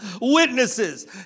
witnesses